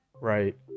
right